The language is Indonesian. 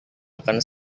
akan